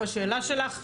והשאלה שלך טובה.